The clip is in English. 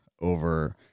over